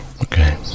Okay